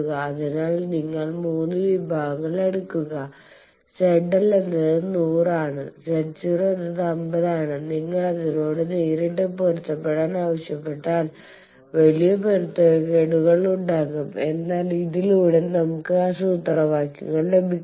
അതിനാൽ നിങ്ങൾ 3 വിഭാഗങ്ങൾ എടുക്കുക ZL എന്നത് 100 ആണ് Z0 എന്നത് 50 ആണ് നിങ്ങൾ അതിനോട് നേരിട്ട് പൊരുത്തപ്പെടാൻ ആവശ്യപ്പെട്ടാൽ വലിയ പൊരുത്തക്കേടുകൾ ഉണ്ടാകും എന്നാൽ ഇതിലൂടെ നമുക്ക് ആ സൂത്രവാക്യങ്ങൾ ലഭിക്കുന്നു